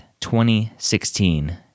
2016